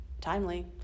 timely